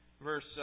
verse